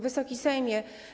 Wysoki Sejmie!